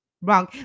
wrong